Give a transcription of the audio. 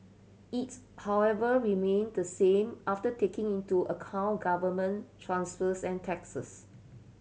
it however remained the same after taking into account government transfers and taxes